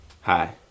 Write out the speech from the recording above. Hi